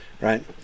Right